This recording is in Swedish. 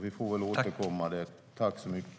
Vi får återkomma i frågan.